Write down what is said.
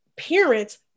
Parents